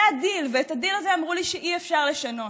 זה הדיל, ואת הדיל הזה אמרו לי שאי-אפשר לשנות.